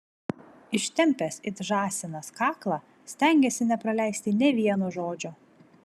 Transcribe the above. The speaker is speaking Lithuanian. ištempęs it žąsinas kaklą stengėsi nepraleisti nė vieno žodžio